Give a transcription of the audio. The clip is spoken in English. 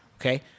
okay